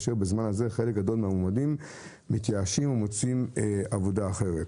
כאשר בזמן הזה חלק גדול מן המועמדים מתייאשים ומוצאים עבודה אחרת.